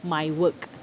my work